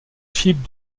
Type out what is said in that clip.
philippe